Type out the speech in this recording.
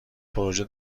پروژه